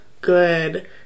good